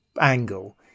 angle